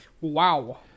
Wow